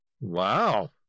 Wow